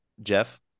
Jeff